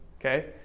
okay